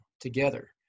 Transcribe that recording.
together